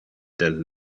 del